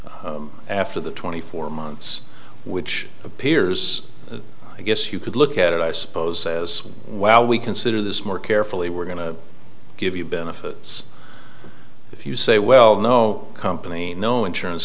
after the twenty four months which appears i guess you could look at it i suppose says while we consider this more carefully we're going to give you benefits if you say well no company no insurance